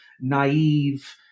naive